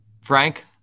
Frank